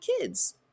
kids